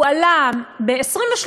הוא עלה ב-23%,